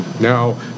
Now